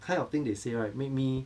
kind of thing they say right make me